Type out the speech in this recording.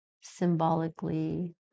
symbolically